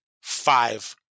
five